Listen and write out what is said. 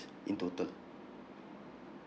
in total